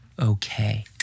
okay